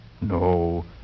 No